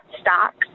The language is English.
stocks